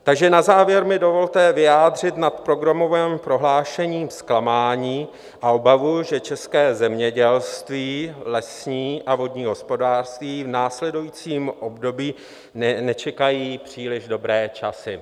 Takže na závěr mi dovolte vyjádřit nad programovým prohlášením zklamání a obavu, že české zemědělství, lesní a vodní hospodářství v následujícím období nečekají příliš dobré časy.